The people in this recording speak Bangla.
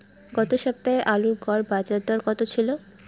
গত সপ্তাহে আলুর গড় বাজারদর কত ছিল?